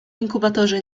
inkubatorze